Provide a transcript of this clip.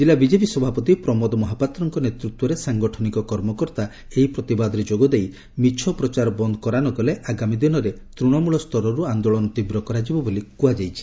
ଜିଲ୍ଲା ବିଜେପି ସଭାପତି ପ୍ରମୋଦ ମହାପାତ୍ରଙ୍କ ନେତୂତ୍ୱରେ ସାଂଗଠନିକ କର୍ମକର୍ତା ଏହି ପ୍ରତିବାଦରେ ଯୋଗଦେଇ ମିଛପ୍ରଚାର ବନ୍ଦ କରା ନ ଗଲେ ଆଗାମୀ ଦିନରେ ତୂଶମୂଳ ସ୍ତରରୁ ଆନ୍ଦୋଳନ ତୀବ୍ର କରାଯିବ ବୋଲି କୁହାଯାଇଛି